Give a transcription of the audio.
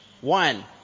One